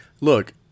look